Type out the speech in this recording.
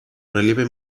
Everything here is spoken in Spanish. relieve